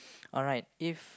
alright if